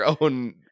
own